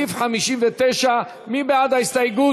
לסעיף 59. מי בעד ההסתייגות?